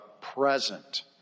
present